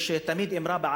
יש אמרה,